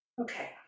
okay